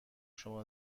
شما